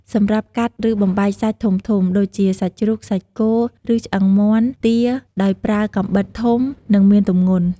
សម្រាប់កាត់ ឬបំបែកសាច់ធំៗ ដូចជាសាច់ជ្រូក សាច់គោ ឬឆ្អឹងមាន់ ទា ដោយប្រើកាំបិតធំ និងមានទម្ងន់។